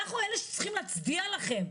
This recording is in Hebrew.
אנחנו אלה שצריכים להצדיע לכם.